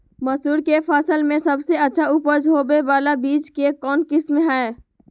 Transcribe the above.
मसूर के फसल में सबसे अच्छा उपज होबे बाला बीज के कौन किस्म हय?